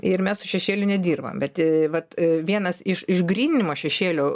ir mes su šešėliu nedirbam bet i vat vienas iš išgryninimo šešėlio